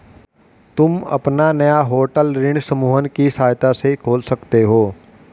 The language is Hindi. तुम अपना नया होटल ऋण समूहन की सहायता से खोल सकते हो